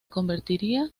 convertiría